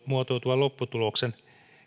muotoutuvan lopputuloksen